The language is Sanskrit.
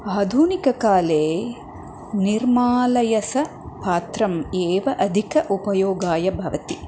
आधुनिककाले निर्मलायसपात्रम् एव अधिकम् उपयोगाय भवति